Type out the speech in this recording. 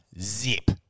Zip